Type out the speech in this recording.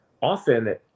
often